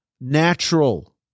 natural